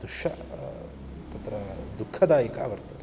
दुःखं तत्र दुःखदायिका वर्तते